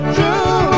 True